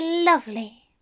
lovely